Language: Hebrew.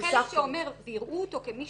החלק שאומר: "ויראו אותו כמי